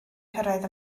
cyrraedd